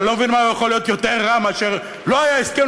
אני לא מבין במה הוא יכול להיות יותר רע מאשר שלא היה הסכם,